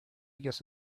guess